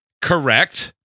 Correct